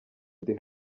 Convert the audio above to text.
ndi